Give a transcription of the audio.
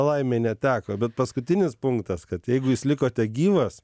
laimė neteko bet paskutinis punktas kad jeigu jūs likote gyvas